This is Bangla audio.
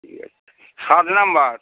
ঠিক আছে সাত নাম্বার